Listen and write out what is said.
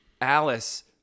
Alice